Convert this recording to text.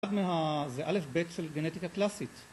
זה א' ב' של גנטיקה קלאסית